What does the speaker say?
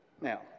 Now